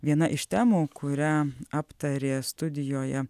viena iš temų kurią aptarė studijoje